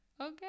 Okay